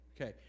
Okay